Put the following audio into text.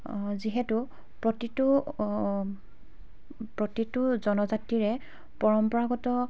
যিহেতু প্ৰতিটো প্ৰতিটো জনজাতিৰে পৰম্পৰাগত